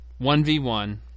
1v1